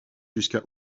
jusqu’à